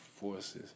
forces